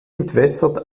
entwässert